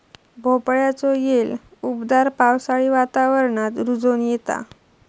भोपळ्याचो येल उबदार पावसाळी वातावरणात रुजोन येता